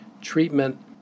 treatment